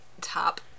top